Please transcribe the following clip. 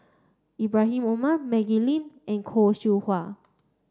Ibrahim Omar Maggie Lim and Khoo Seow Hwa